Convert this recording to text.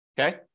okay